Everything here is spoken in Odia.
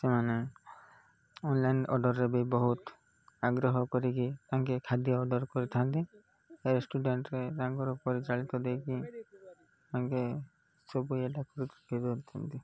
ସେମାନେ ଅନ୍ଲାଇନ୍ ଅର୍ଡ଼ର୍ରେ ବି ବହୁତ ଆଗ୍ରହ କରିକି ତାଙ୍କେ ଖାଦ୍ୟ ଅର୍ଡ଼ର୍ କରିଥାନ୍ତି ରେଷ୍ଟୁରାଣ୍ଟରେ ତାଙ୍କର ପରିଚାଳିତ ଦେଇକି ତାଙ୍କେ ସବୁ ଏଡାକୁ ଧରିଥାନ୍ତି